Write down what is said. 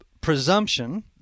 presumption